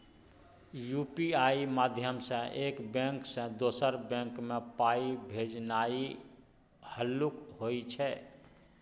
UPI माध्यमसँ एक bank सँ दोसर बैंक मे पाइ भेजनाइ हल्लुक होइ छै